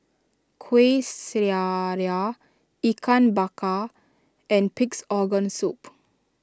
Kueh Syara Ikan Bakar and Pig's Organ Soup